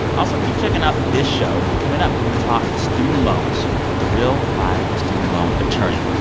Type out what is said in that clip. also, keep checking out this show coming up, we're going to talk student loans with a real live student loan attorney.